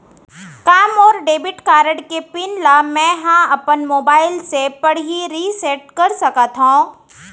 का मोर debit card के पिन ल मैं ह अपन मोबाइल से पड़ही रिसेट कर सकत हो?